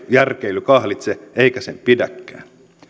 järkeily kahlitse eikä sen pidäkään